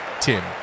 Tim